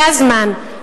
זה הזמן.